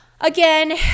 Again